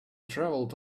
traveled